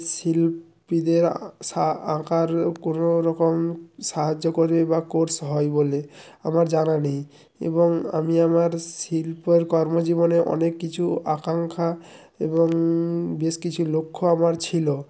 শিল্পীদের সা আঁকার কোনো রকম সাহায্য করি বা কোর্স হয় বলে আমার জানা নেই এবং আমি আমার শিল্পের কর্ম জীবনে অনেক কিছু আকাঙ্খা এবং বেশ কিছু লক্ষ্য আমার ছিলো